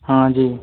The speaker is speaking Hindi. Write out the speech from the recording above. हाँ जी